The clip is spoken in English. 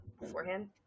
beforehand